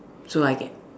so I can